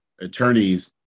attorneys